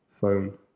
phone